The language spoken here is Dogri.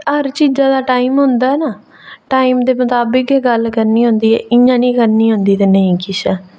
ते हर चीजै दा टाइम होंदा ऐ ना टाइम दे मताबक ई गल्ल करनी होंदी ऐ ते इ'यां निं करनी होंदी ऐ ते निं किश